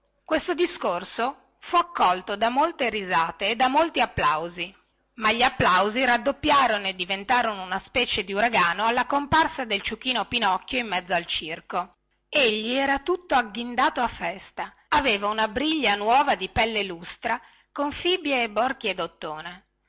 questo discorso fu accolto da molte risate e da molti applausi ma gli applausi raddoppiarono e diventarono una specie di uragano alla comparsa del ciuchino pinocchio in mezzo al circo egli era tutto agghindato a festa aveva una briglia nuova di pelle lustra con fibbie e borchie dottone